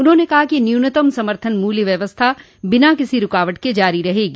उन्होंने कहा कि न्यूनतम समर्थन मूल्य व्यवस्था बिना किसी रुकावट के जारी रहेगी